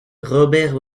robert